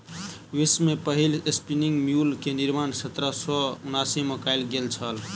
विश्व में पहिल स्पिनिंग म्यूल के निर्माण सत्रह सौ उनासी में कयल गेल छल